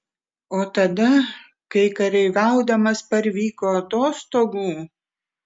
o tada kai kareiviaudamas parvyko atostogų